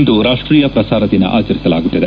ಇಂದು ರಾಷ್ಷೀಯ ಪ್ರಸಾರ ದಿನ ಆಚರಿಸಲಾಗುತ್ತಿದೆ